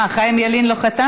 מה, חיים ילין לא חתם?